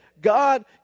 god